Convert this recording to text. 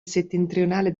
settentrionale